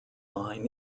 line